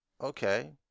Okay